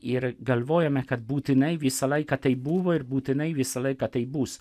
ir galvojome kad būtinai visą laiką taip buvo ir būtinai visą laiką taip bus